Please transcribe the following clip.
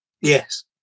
Yes